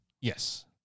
Yes